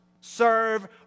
serve